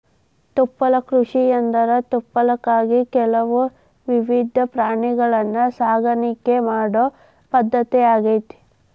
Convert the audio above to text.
ತುಪ್ಪಳ ಕೃಷಿಯಂದ್ರ ತುಪ್ಪಳಕ್ಕಾಗಿ ಕೆಲವು ವಿಧದ ಪ್ರಾಣಿಗಳನ್ನ ಸಾಕಾಣಿಕೆ ಮಾಡೋ ಪದ್ಧತಿ ಆಗೇತಿ